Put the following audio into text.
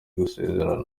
gusezerana